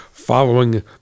following